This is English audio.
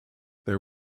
there